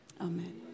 Amen